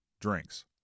drinks